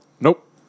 Nope